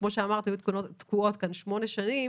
כמו שאמרת הן היו תקועות כאן שמונה שנים,